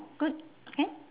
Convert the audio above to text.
good can